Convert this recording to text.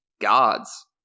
Gods